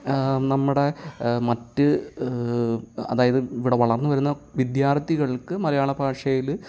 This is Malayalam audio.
നമ്മുടെ മറ്റ് അതായത് ഇവിടെ വളർന്നു വരുന്ന വിദ്യാർഥികൾക്ക് മലയാള ഭാഷയിൽ